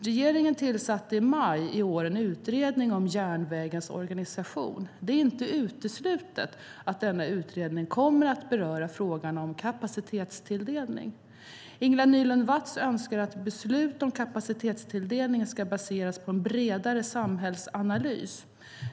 Regeringen tillsatte i maj i år en utredning om järnvägens organisation. Det är inte uteslutet att denna utredning kommer att beröra frågan om kapacitetstilldelning. Ingela Nylund Watz önskar att beslut om kapacitetstilldelningen ska baseras på en bredare samhällsanalys.